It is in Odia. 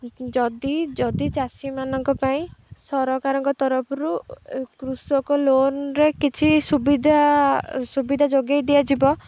ଯଦି ଯଦି ଚାଷୀମାନଙ୍କ ପାଇଁ ସରକାରଙ୍କ ତରଫରୁ କୃଷକ ଲୋନ୍ରେ କିଛି ସୁବିଧା ସୁବିଧା ଯୋଗେଇ ଦିଆଯିବ